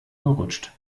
gerutscht